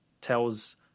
tells